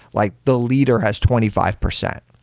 like the leader has twenty five percent.